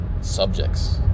subjects